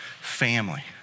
family